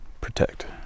protect